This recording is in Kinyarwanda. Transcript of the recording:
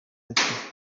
ati